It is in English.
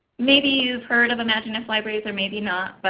maybe you've heard of imagineif libraries, or maybe not.